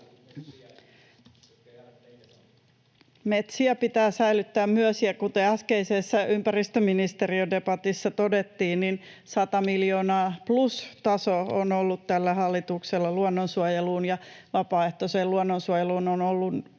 Metsiä pitää säilyttää myös, ja kuten äskeisessä ympäristöministeriön debatissa todettiin, niin 100 miljoonan plustaso on ollut tällä hallituksella luonnonsuojeluun, ja vapaaehtoiseen luonnonsuojeluun on ollut